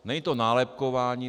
Není to nálepkování.